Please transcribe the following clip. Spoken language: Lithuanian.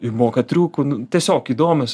ir moka triukų nu tiesiog įdomios